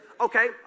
Okay